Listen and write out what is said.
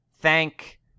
thank